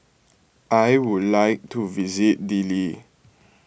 I would like to visit Dili